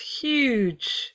huge